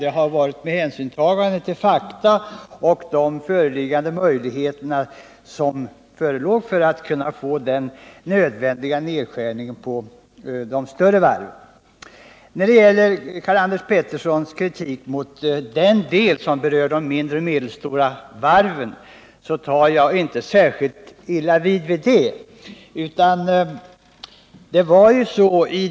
Den har utformats med hänsynstagande till fakta och de möjligheter som förelåg att göra en nödvändig nedskärning på de större varven. När det gäller Karl-Anders Peterssons kritik mot den del av propositionen som berör de mindre och medelstora varven tar jag inte särskilt illa vid mig av den.